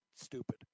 stupid